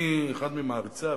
שאני אחד ממעריציו.